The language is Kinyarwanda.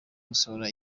gusohora